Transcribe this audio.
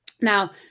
Now